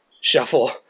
shuffle